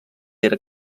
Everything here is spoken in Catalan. era